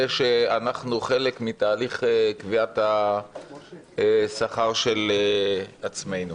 שאנחנו חלק מתהליך קביעת השכר של עצמנו.